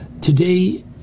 today